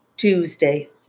Tuesday